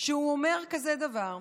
הוא אומר דבר כזה: